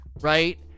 right